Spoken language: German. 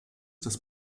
des